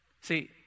See